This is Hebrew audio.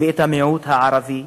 ואת המיעוט הערבי,